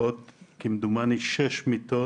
- כמדומני עוד שש מיטות